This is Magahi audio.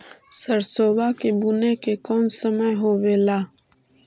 सरसोबा के बुने के कौन समय होबे ला?